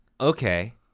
Okay